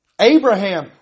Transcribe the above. Abraham